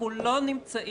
אנחנו לא נמצאים,